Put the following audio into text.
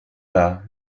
pas